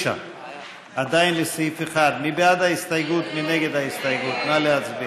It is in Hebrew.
קבוצת סיעת יש עתיד וקבוצת סיעת מרצ לסעיף 1 לא נתקבלה.